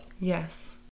Yes